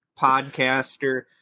podcaster